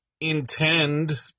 intend